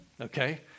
okay